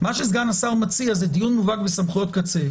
הוא דיון מובהק בסמכויות קצה,